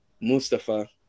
Mustafa